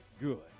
good